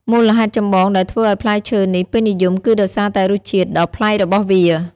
មូលហេតុចម្បងដែលធ្វើឱ្យផ្លែឈើនេះពេញនិយមគឺដោយសារតែរសជាតិដ៏ប្លែករបស់វា។